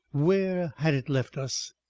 where had it left us?